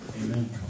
Amen